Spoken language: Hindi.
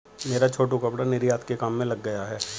मेरा छोटू कपड़ा निर्यात के काम में लग गया है